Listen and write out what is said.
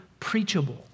preachable